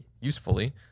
usefully